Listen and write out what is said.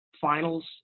finals